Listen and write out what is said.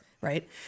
right